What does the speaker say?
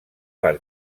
per